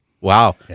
Wow